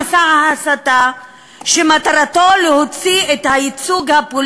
במסע ההסתה שמטרתו להוציא את הייצוג של